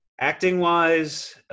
Acting-wise